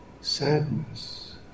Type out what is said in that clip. sadness